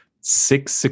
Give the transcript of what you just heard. Six